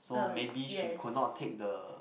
so maybe she could not take the